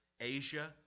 Asia